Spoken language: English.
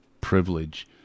privilege